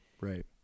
right